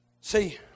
see